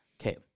Okay